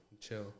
Chill